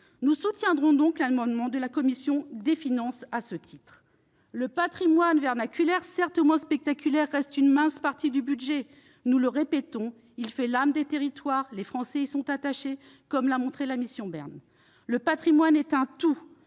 Nous soutiendrons donc l'amendement de la commission des finances sur le sujet. Le patrimoine vernaculaire, certes moins spectaculaire, se voit attribuer une mince partie du budget. Répétons qu'il fait l'âme des territoires et que les Français y sont attachés, comme l'a montré la mission Bern. Le patrimoine est un tout.